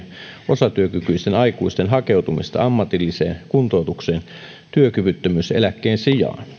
osatyökykyisten aikuisten hakeutumista ammatilliseen kuntoutukseen työkyvyttömyyseläkkeen sijaan